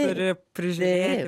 turi prižiūrėt